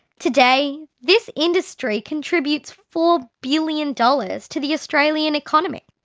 today, this industry contributes four billion dollars to the australian economy.